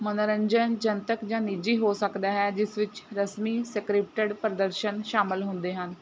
ਮਨੋਰੰਜਨ ਜਨਤਕ ਜਾਂ ਨਿੱਜੀ ਹੋ ਸਕਦਾ ਹੈ ਜਿਸ ਵਿੱਚ ਰਸਮੀ ਸਕ੍ਰਿਪਟਡ ਪ੍ਰਦਰਸ਼ਨ ਸ਼ਾਮਿਲ ਹੁੰਦੇ ਹਨ